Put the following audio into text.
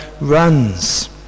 runs